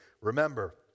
Remember